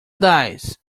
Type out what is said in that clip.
dice